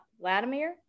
Vladimir